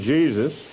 Jesus